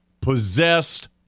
possessed